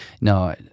No